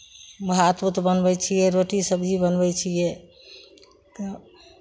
भात उत बनबै छियै रोटी सबजी बनबै छियै